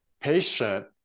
patient